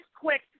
quick